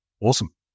Awesome